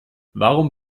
warum